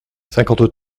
cinquante